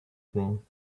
wrong